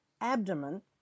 abdomen